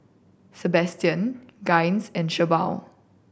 Sabastian Gaines and Shelba